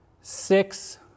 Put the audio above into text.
six